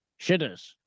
Shitters